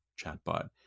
chatbot